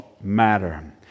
matter